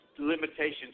limitations